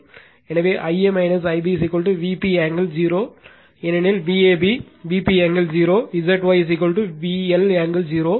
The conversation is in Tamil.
எனவே Ia Ib Vp angle 0 ஏனெனில் Vab Vp angle 0 zy VL angle 0 Zy